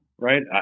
Right